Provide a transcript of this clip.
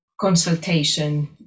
consultation